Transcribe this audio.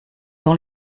dans